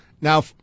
Now